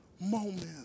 moment